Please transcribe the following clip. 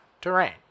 terrain